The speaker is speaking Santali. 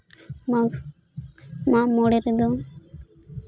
ᱢᱟᱜᱷ ᱢᱟᱜᱽ ᱢᱚᱲᱮ ᱨᱮᱫᱚ